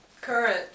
Current